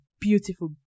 beautiful